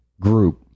group